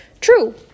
True